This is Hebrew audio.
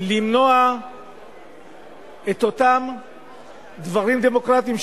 למנוע את אותם דברים דמוקרטיים,